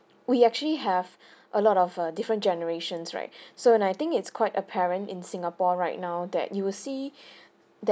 we actually have a lot of err different generations right so and I think it's quite apparent in singapore right now that you will see